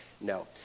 no